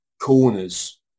corners